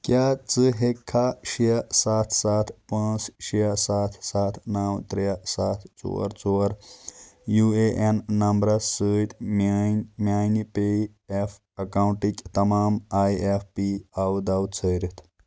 کیٛاہ ژٕ ہیٚککھا شےٚ ستھ ستھ پانٛژھ شےٚ ستھ ستھ نو ترٛےٚ ستھ ژور ژور یو اے اٮ۪ن نمبرس سۭتۍ میٲنۍ میانہِ پے اٮ۪ف اکاؤنٹٕک تمام ای اٮ۪ف پی آو داوٕ ژھٲرِتھ